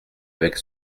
avec